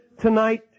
tonight